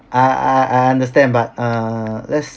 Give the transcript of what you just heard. I I I understand but err let's